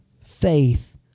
faith